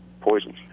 poisons